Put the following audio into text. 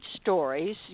stories